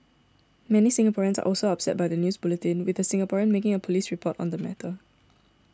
many Singaporeans are also upset by the news bulletin with a Singaporean making a police report on the matter